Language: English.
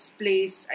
place